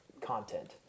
content